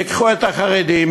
ייקחו את החרדים,